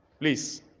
please